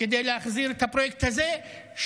כדי להחזיר את הפרויקט הזה,